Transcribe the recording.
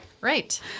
right